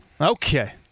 Okay